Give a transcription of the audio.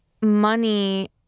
money